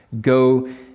go